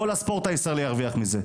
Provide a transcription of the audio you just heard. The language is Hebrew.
כל הספורט הישראלי ירוויח מזה.